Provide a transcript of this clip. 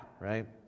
right